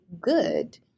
good